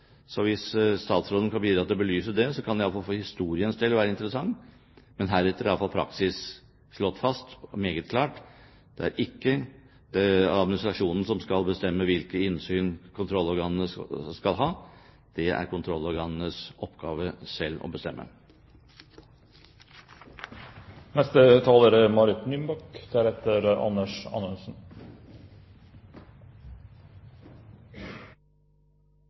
Hvis statsråden kan bidra til å belyse det, kan det i hvert fall for historiens del være interessant. Men heretter er i alle fall praksis slått fast meget klart: Det er ikke administrasjonen som skal bestemme hvilke innsyn kontrollorganene skal ha, det er det kontrollorganenes oppgave selv å